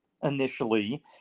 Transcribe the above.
initially